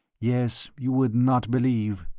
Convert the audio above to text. yes, you would not believe.